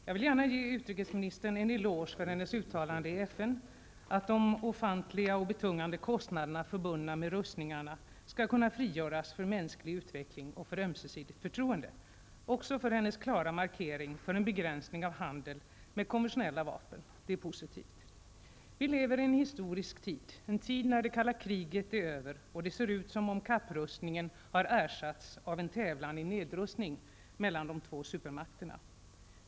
Jag vill gärna ge utrikesministern en eloge för hennes uttalande i FN att de ofantliga och betungande kostnaderna, förbundna med rustningarna, skall kunna frigöras för mänsklig utveckling och för ömsesidigt förtroende och även för hennes klara markering för en begränsning av handel med konventionella vapen. Det är positivt. Vi lever i en historisk tid, en tid när det kalla kriget är över och det ser ut som om kapprustningen har ersatts av en tävlan i nedrustning mellan de två supermakterna.